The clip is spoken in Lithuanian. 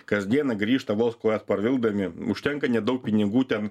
kasdieną grįžta vos kojas pavilkdami užtenka nedaug pinigų ten